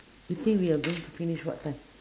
you think we are going to finish what time